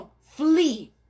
flee